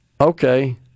okay